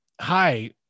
hi